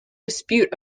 dispute